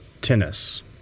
tennis